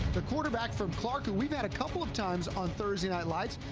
the quarterback from clark who we met a couple of times on thursday night lights,